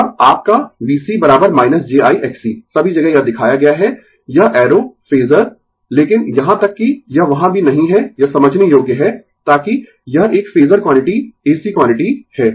और आपका VC j I Xc सभी जगह यह दिखाया गया है यह एरो फेजर लेकिन यहां तक कि यह वहां भी नहीं है यह समझने योग्य है ताकि यह एक फेजर क्वांटिटी ac क्वांटिटी है